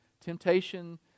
temptation